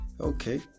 Okay